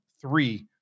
three